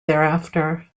thereafter